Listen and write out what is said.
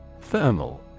Thermal